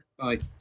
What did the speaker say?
-bye